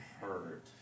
hurt